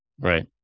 Right